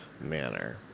manner